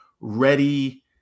ready